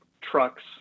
trucks